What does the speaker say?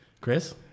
Chris